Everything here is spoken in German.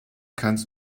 kannst